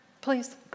please